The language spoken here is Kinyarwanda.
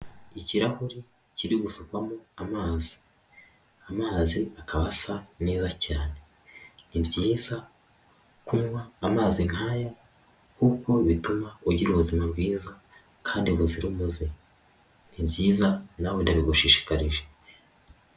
Ikirahuri kiri gusukwamo amazi, amazi akaba asa neza cyane, ni byiza kunywa amazi nk'aya kuko bituma ugira ubuzima bwiza kandi buzira umuze, ni byiza nawe ndabigushishikarije.